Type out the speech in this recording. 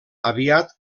aviat